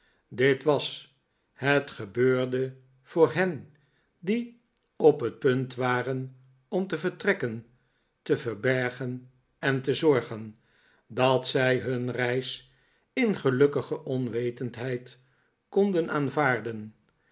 dit was het gebeurde voor hen die op het punt waren om te vertrekken te verbergen en te zorgen dat zij hun reis in gelukkige onwetendheid konden aanvaarden